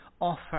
offer